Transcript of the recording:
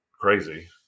crazy